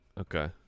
Okay